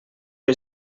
que